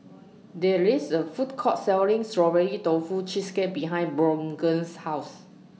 There IS A Food Court Selling Strawberry Tofu Cheesecake behind Brogan's House